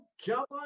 jump